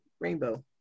Rainbow